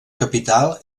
capital